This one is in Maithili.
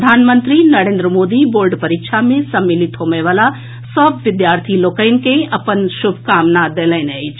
प्रधानमंत्री नरेंद्र मोदी बोर्ड परीक्षा मे सम्मिलित होबयवला सभ विद्यार्थी लोकनि के अपन शुभकामना देलनि अछि